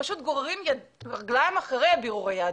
פשוט גוררים רגליים אחרי בירור היהדות.